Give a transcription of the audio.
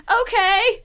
okay